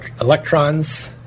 electrons